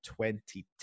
2010